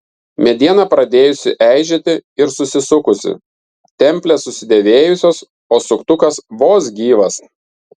mediena pradėjusi eižėti ir susisukusi templės susidėvėjusios o suktukas vos gyvas